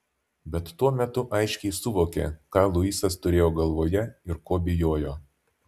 bet tuo metu aiškiai suvokė ką luisas turėjo galvoje ir ko bijojo